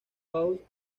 house